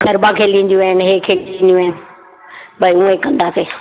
गरबा खेलींदियूं आहिनि ई खेलींदियूं आहिनि भई उहे कंदासीं